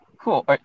cool